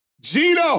Gino